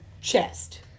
chest